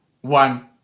one